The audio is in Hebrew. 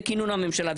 בכינון הממשלה,